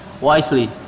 wisely